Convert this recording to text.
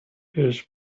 his